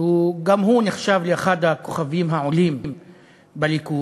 שגם הוא נחשב לאחד הכוכבים העולים בליכוד.